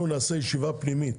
אנחנו נעשה ישיבה פנימית